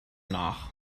nach